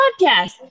podcast